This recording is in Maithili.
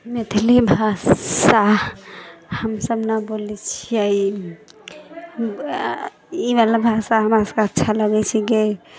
मैथिली भाषा हम सब नहि बोलै छियै ई वला भाषा हमरा सबके अच्छा लगै छै कि